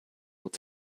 will